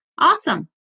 Awesome